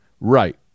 Right